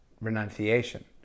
Renunciation